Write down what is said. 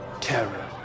Terror